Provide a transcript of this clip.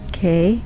Okay